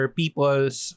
people's